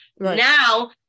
Now